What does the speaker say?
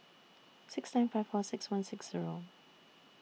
six nine five four six one six Zero